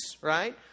right